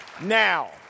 Now